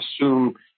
assume